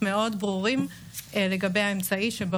התקשרתי גם לחברי ד"ר עז א-דין אבו אל-עייש, שכבר